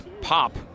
pop